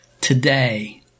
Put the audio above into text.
Today